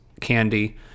candy